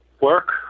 work